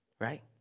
right